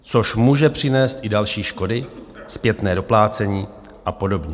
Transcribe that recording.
Což může přinést i další škody, zpětné doplácení a podobně.